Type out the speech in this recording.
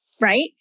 right